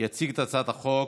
יציג את הצעת החוק,